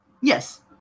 Yes